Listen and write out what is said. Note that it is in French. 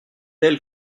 elle